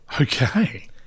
Okay